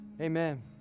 amen